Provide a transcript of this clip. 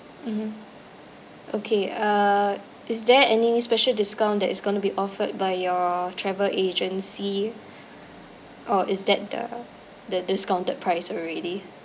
mmhmm okay uh is there any special discount that it's gonna be offered by your travel agency or is that the the discounted price already